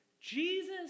Jesus